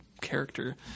character